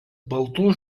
baltų